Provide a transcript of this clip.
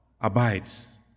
abides